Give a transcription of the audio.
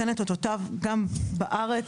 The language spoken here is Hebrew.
נותן את אותותיו גם בארץ,